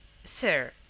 sir,